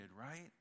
right